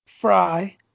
Fry